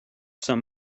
some